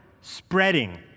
spreading